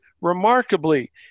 remarkably